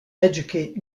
educate